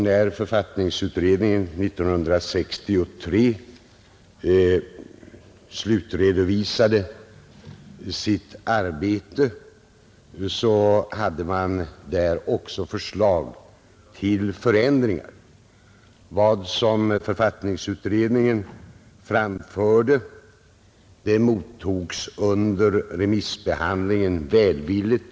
När författningsutredningen 1963 slutredovisade sitt arbete framlade man också förslag till förändringar i detta hänseende. Vad författningsutredningen framförde mottogs under remissbehandlingen välvilligt.